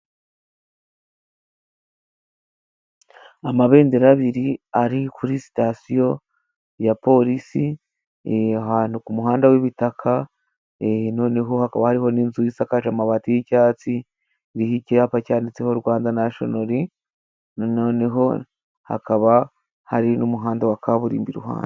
Amabendera abiri ari kuri sitasiyo ya porisi，ahantu ku muhanda w'ibitaka，noneho hakaba hariho n'inzu isakaje amabati y'icyatsi， iriho icyapa cyanditseho Rwanda nashonari，noneho hakaba hari n'umuhanda wa kaburimbo iruhande.